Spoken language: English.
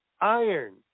iron